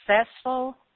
successful